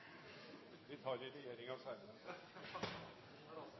vi tar opp i